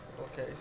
okay